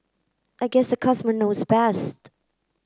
I guess the customer knows best